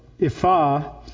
Ifa